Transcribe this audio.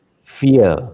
fear